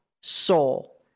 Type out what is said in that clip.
soul